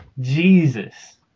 Jesus